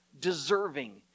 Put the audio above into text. deserving